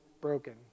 broken